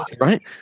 right